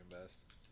best